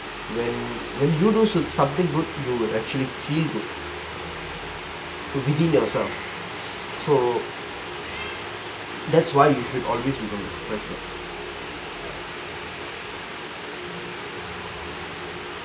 when when you do s~ something good you will actually feel good to within yourself so that's why you should always be compassionate